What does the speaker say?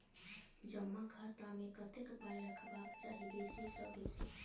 जमा खाता मे कतेक पाय रखबाक चाही बेसी सँ बेसी?